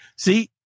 See